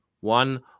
one